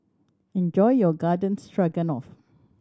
enjoy your Garden Stroganoff